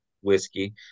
Whiskey